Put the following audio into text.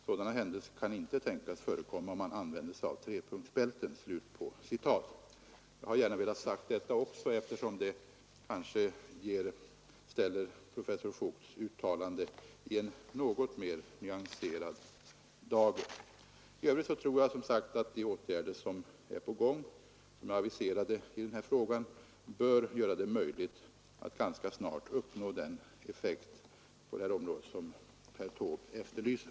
Sådana händelser kan inte tänkas förekomma om man använder sig av trepunktsbälten.” Jag har gärna velat återge detta, eftersom det kanske ställer professor Voigts uttalande i en något mer nyanserad dager. I övrigt tror jag som sagt att de åtgärder som är aviserade i den här frågan bör göra det möjligt att ganska snart uppnå den effekt på detta område som herr Taube efterlyser.